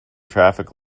traffic